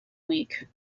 week